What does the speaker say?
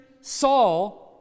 Saul